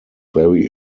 very